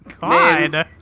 God